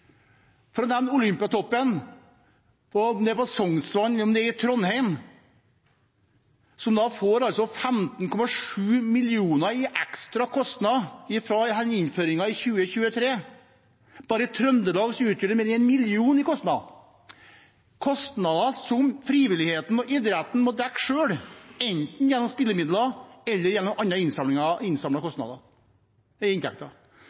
Jeg kan nevne Olympiatoppen, om det er på Sognsvann eller i Trondheim, som får 15,7 mill. kr i ekstrakostnader med denne innføringen i 2023. Bare i Trøndelag utgjør det mer enn 1 mill. kr i kostnader – kostnader som frivilligheten og idretten må dekke selv, enten gjennom spillemidler eller gjennom andre innsamlede inntekter.